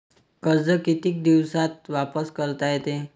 कर्ज कितीक दिवसात वापस करता येते?